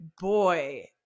boy